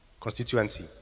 constituency